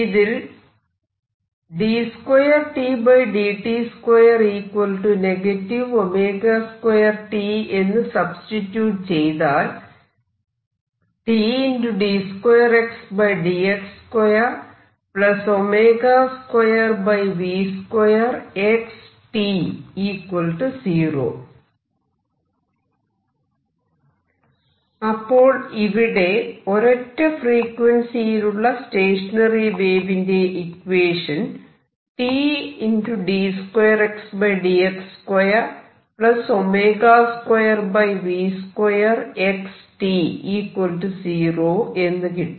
ഇതിൽ d2Tdt2 ω2T എന്ന് substitute ചെയ്താൽ അപ്പോൾ ഇവിടെ ഒരൊറ്റ ഫ്രീക്വൻസിയിലുള്ള സ്റ്റേഷനറി വേവിന്റെ ഇക്വേഷൻ എന്ന് കിട്ടി